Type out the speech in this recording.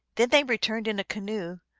then they returned in a canoe,